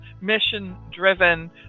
mission-driven